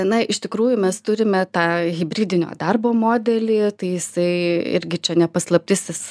na iš tikrųjų mes turime tą hibridinio darbo modelį tai jisai irgi čia ne paslaptis jis